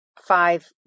five